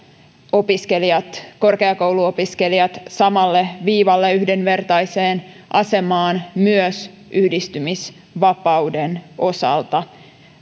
korkeakouluopiskelijat samalle viivalle ja yhdenvertaiseen asemaan myös yhdistymisvapauden osalta